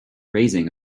raising